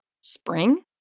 Spring